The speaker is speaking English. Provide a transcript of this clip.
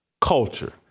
culture